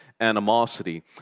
animosity